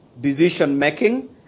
decision-making